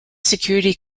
security